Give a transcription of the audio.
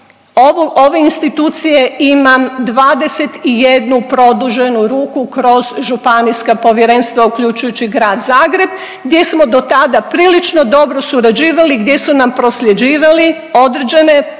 ove institucije imam 21 produženu ruku kroz županijska povjerenstva uključujući i grad Zagreb gdje smo do tada prilično dobro surađivali, gdje su nam prosljeđivali određene predstavke,